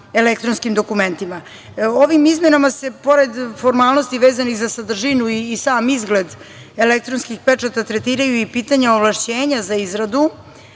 elektronskim dokumentima. Ovim izmenama se, pored formalnosti vezanih za sadržinu i sam izgled elektronskih pečata, tretiraju i pitanja ovlašćenja za izradu,